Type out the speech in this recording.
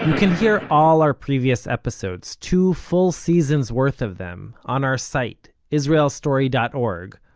can hear all our previous episodes two full seasons worth of them on our site, israelstory dot org,